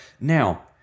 Now